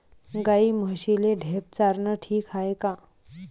गाई म्हशीले ढेप चारनं ठीक हाये का?